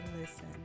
listen